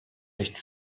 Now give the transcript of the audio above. nicht